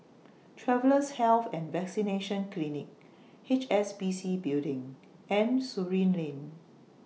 Travellers' Health and Vaccination Clinic H S B C Building and Surin Lane